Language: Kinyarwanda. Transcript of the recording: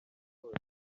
lagos